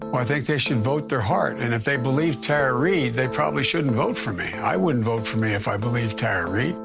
i think they should vote their heart. and if they believe tara reade, they probably shouldn't vote for me. i wouldn't vote for me if i believed tara reade.